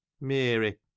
Mary